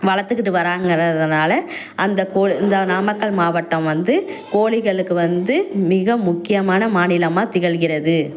வளர்த்துக்கிட்டு வராங்கறதனால் அந்த கோழி இந்த நாமக்கல் மாவட்டம் வந்து கோழிகளுக்கு வந்து மிக முக்கியமான மாநிலமாக திகழ்கிறது